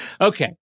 Okay